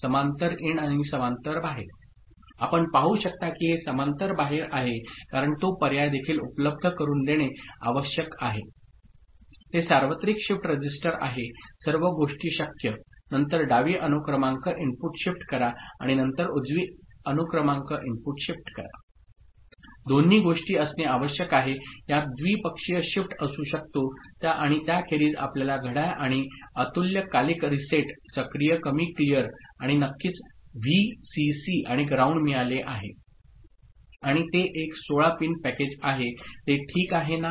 समांतर इन आणि समांतर बाहेर आपण पाहू शकता की हे समांतर बाहेर आहे कारण तो पर्याय देखील उपलब्ध करुन देणे आवश्यक आहे हे सार्वत्रिक शिफ्ट रजिस्टर आहे सर्व गोष्टीं शक्य नंतर डावी अनुक्रमांक इनपुट शिफ्ट करा आणि नंतर उजवी अनुक्रमांक इनपुट शिफ्ट करा दोन्ही गोष्टी असणे आवश्यक आहे यात द्विपक्षीय शिफ्ट असू शकतो आणि त्याखेरीज आपल्याला घड्याळ आणि अतुल्यकालिक रीसेट सक्रिय कमी क्लिअर आणि नक्कीच Vcc आणि ग्राउंड मिळाले आहे आणि ते एक 16 पिन पॅकेज आहे ते ठीक आहे ना